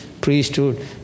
priesthood